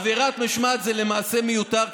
עברת משמעת זה למעשה מיותר,